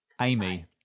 Amy